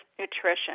nutrition